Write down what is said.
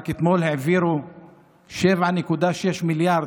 רק אתמול העבירו 7.6 מיליארד,